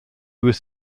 was